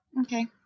Okay